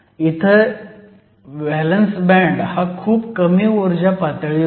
इथ valence band हा खूप कमी ऊर्जा पातळीवर आहे